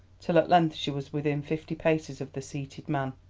till at length she was within fifty paces of the seated man.